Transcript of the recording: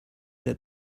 that